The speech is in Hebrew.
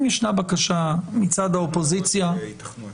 אם ישנה בקשה מצד האופוזיציה ----- יתכנו הצבעות.